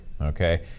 Okay